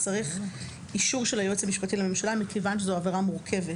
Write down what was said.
צריך אישור של היועץ המשפטי לממשלה מכיוון שזו עבירה מורכבת.